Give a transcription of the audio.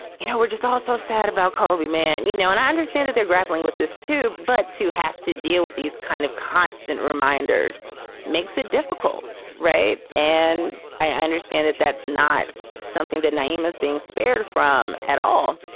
you know, we're just all so sad about call, man. you know, and i understand that they're grappling with this, too. but to have to deal with these kind of constant reminders makes it difficult right. and i understand that that's not something that name is being spared from at all.